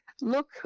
look